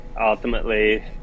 ultimately